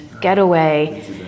getaway